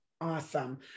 Awesome